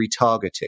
retargeting